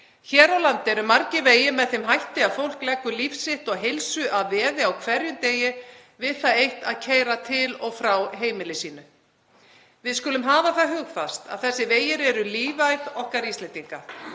Hér á landi eru margir vegir með þeim hætti að fólk leggur líf sitt og heilsu að veði á hverjum degi við það eitt að keyra til og frá heimili sínu. Við skulum hafa það hugfast að þessir vegir eru lífæð okkar Íslendinga;